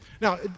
Now